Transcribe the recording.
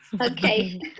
Okay